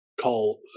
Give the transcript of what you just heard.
call